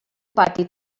pati